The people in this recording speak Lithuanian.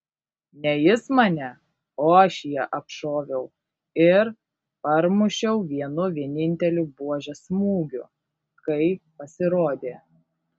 ne jis mane o aš jį apšoviau ir parmušiau vienu vieninteliu buožės smūgiu kai pasirodė